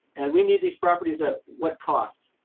and we need these properties at what cost?